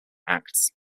acts